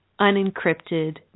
unencrypted